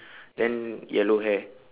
then yellow hair